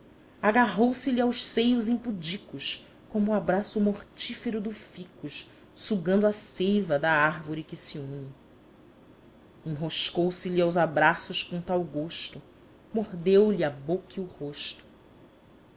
agarrou se lhe aos seios impudicos como o abraço mortífero do ficus sugando a seiva da árvore a que se une enroscou se lhe aos abraços com tal gosto mordeu lhe a boca e o rosto